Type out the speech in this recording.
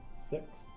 Six